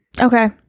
Okay